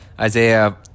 Isaiah